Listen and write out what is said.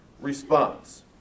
response